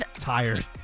Tired